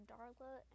Darla